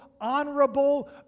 honorable